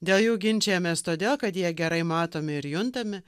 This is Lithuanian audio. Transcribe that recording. dėl jų ginčijamės todėl kad jie gerai matomi ir juntami